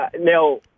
Now